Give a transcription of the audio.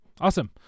Awesome